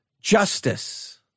justice